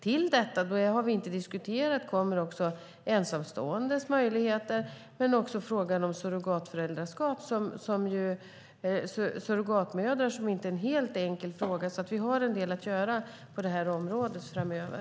Till detta kommer, vilket vi inte har diskuterat, de ensamståendes möjligheter, liksom frågan om surrogatföräldraskap. Frågan om surrogatmödrar är ju inte alldeles enkel. Vi har alltså en del att göra på det här området framöver.